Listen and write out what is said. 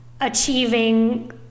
achieving